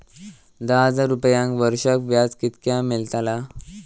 दहा हजार रुपयांक वर्षाक व्याज कितक्या मेलताला?